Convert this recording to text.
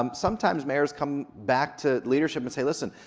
um sometimes mayors come back to leadership and say, listen,